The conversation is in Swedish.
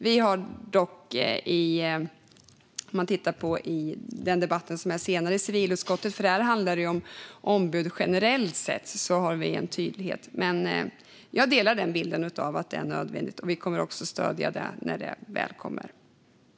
Senare kommer vi att ha en debatt i civilutskottet som handlar om ombud generellt sett. Där är vi tydliga. Jag delar dock bilden att det här är nödvändigt, och vi kommer att stödja förslaget när det väl kommer hit.